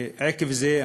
עקב זה,